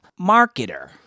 marketer